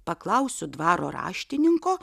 paklausiu dvaro raštininko